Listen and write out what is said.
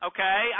Okay